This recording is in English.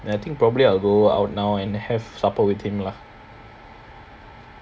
and I think probably I will go out now and have supper with him lah